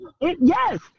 yes